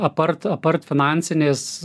aptarti apart finansinės